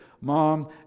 Mom